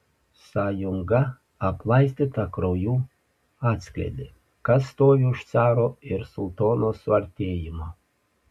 sąjunga aplaistyta krauju atskleidė kas stovi už caro ir sultono suartėjimo